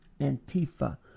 Antifa